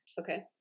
okay